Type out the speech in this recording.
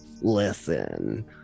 Listen